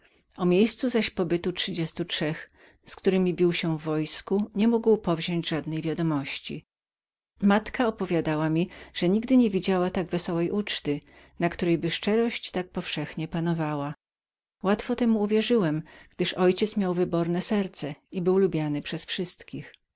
o miejscu zaś pobytu trzydziestu trzech z którymi bił się w wojsku nie mógł powziąść żadnej wiadomości matka moja opowiadała mi że nigdy nie widziała tak wesołej uczty i na którejby szczerość tak powszechnie panowała łatwo temu uwierzyłem gdyż ojciec mój miał wyborne serce i był lubionym od wszystkich